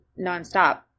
nonstop